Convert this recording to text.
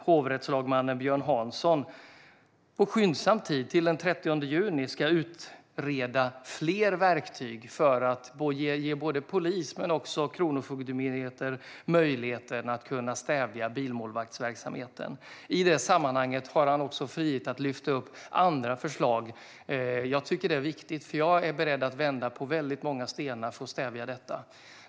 Hovrättslagmannen Björn Hansson ska skyndsamt - till den 30 juni - utreda fler verktyg för att ge både polis och Kronofogdemyndigheten möjligheter att stävja bilmålvaktsverksamheten. I detta sammanhang har han också frihet att lyfta upp andra förslag. Jag tycker att det här är viktigt, och jag är beredd att vända på väldigt många stenar för att stävja detta.